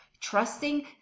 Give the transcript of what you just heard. trusting